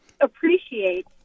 appreciate